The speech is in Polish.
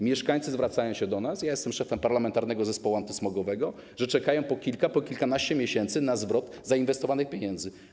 Mieszkańcy zwracają się do nas z tym - jestem szefem Parlamentarnego Zespołu Antysmogowego - że czekają po kilka, kilkanaście miesięcy na zwrot zainwestowanych pieniędzy.